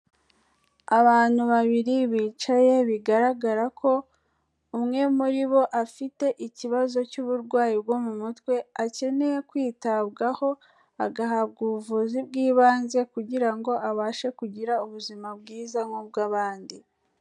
Abantu babiri bicaye bigaragara ko umwe muri bo, afite ikibazo cy'uburwayi bwo mu mutwe, akeneye kwitabwaho agahabwa ubuvuzi bw'ibanze kugira ngo abashe kugira ubuzima bwiza nk'ubw'abandi.